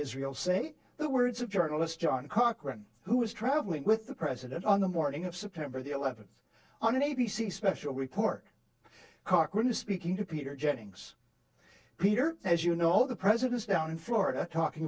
israel say the words of journalist john cochrane who was traveling with the president on the morning of september the eleventh on an a b c special report cochran speaking to peter jennings peter as you know the president's down in florida talking